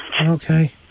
Okay